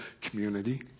community